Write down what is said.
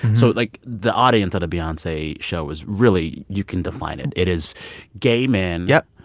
so, like, the audience at a beyonce show is really you can define it. it is gay men. yep.